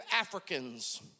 Africans